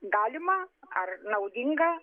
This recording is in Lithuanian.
galima ar naudinga